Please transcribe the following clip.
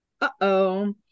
Uh-oh